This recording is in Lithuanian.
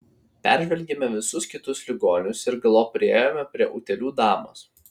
peržvelgėme visus kitus ligonius ir galop priėjome prie utėlių damos